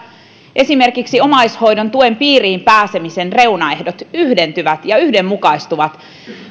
esimerkiksi omaishoidon tuen piiriin pääsemisen reunaehdot yhdentyvät ja yhdenmukaistuvat